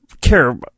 care